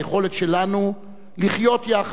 ליכולת שלנו לחיות יחד,